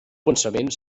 pensament